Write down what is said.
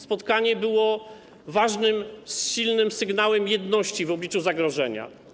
Spotkanie było ważnym, silnym sygnałem jedności w obliczu zagrożenia.